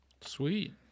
Sweet